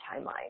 timeline